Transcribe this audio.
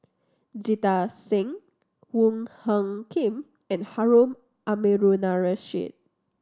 Jita Singh Wong Hung Khim and Harun Aminurrashid